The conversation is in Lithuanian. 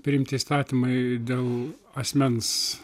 priimti įstatymai dėl asmens